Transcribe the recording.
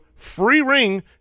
FREERING